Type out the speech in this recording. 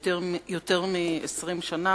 יותר מ-20 שנה,